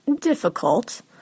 difficult